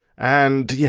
and yeah,